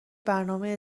برنامه